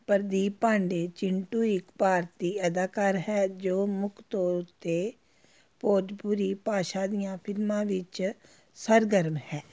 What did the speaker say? ਪ੍ਰਦੀਪ ਪਾਂਡੇ ਚਿੰਟੂ ਇੱਕ ਭਾਰਤੀ ਅਦਾਕਾਰ ਹੈ ਜੋ ਮੁੱਖ ਤੌਰ ਉੱਤੇ ਭੋਜਪੁਰੀ ਭਾਸ਼ਾ ਦੀਆਂ ਫਿਲਮਾਂ ਵਿੱਚ ਸਰਗਰਮ ਹੈ